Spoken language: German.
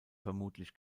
vermutlich